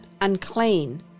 unclean